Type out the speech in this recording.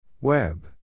Web